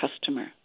customer